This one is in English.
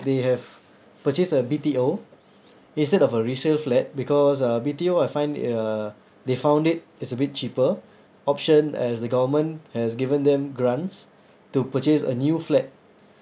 they have purchased a B_T_O instead of a resale flat because uh B_T_O I find uh they found it it's a bit cheaper option as the government has given them grants to purchase a new flat